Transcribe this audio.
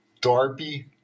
Darby